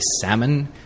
salmon